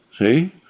See